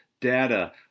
data